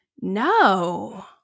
No